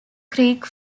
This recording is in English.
creek